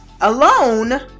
alone